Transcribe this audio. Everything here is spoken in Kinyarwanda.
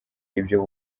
ibyo